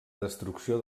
destrucció